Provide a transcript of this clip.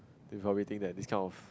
they probably think that this kind of